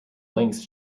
links